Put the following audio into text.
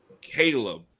Caleb